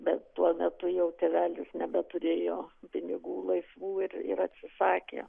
bet tuo metu jau tėvelis nebeturėjo pinigų laisvų ir ir atsisakė